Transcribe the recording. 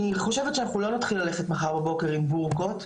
אני חושבת שאנחנו לא נתחיל ללכת מחר בבוקר עם בורקות,